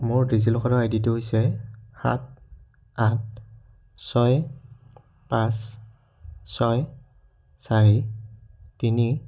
মোৰ ডিজিলকাৰৰ আই ডিটো হৈছে সাত আঠ ছয় পাঁচ ছয় চাৰি তিনি